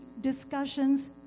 discussions